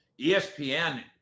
ESPN